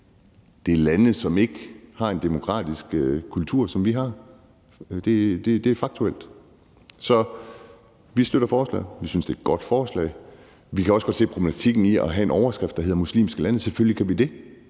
Det er lande, som ikke har en demokratisk kultur, sådan som vi har, og det er faktuelt. Så vi støtter forslaget. Vi synes, det er et godt forslag. Vi kan også godt se problematikken i at have en overskrift, hvor der står »muslimske lande« – selvfølgelig kan vi det